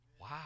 Wow